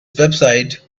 website